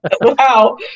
Wow